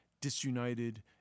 disunited